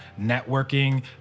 networking